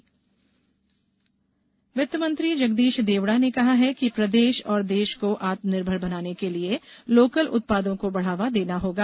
आत्मनिर्भर भारत वित्तमंत्री जगदीश देवड़ा ने कहा है कि प्रदेश और देश को आत्मनिर्भर बनाने के लिए लोकल उत्पादों को बढावा देना होगा